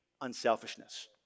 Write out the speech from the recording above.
unselfishness